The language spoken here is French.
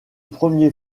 premier